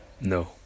no